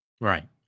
Right